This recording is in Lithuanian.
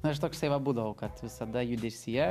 na aš toksai va būdavau kad visada judesyje